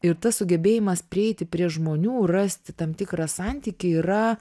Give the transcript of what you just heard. ir tas sugebėjimas prieiti prie žmonių rasti tam tikrą santykį yra